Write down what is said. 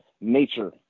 nature